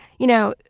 you know,